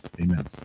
Amen